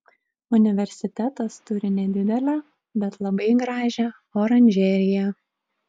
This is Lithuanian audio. universitetas turi nedidelę bet labai gražią oranžeriją